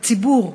"הציבור,